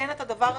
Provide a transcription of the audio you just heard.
ומעגן את הדבר הזה.